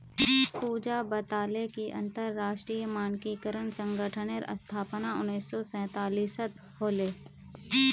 पूजा बताले कि अंतरराष्ट्रीय मानकीकरण संगठनेर स्थापना उन्नीस सौ सैतालीसत होले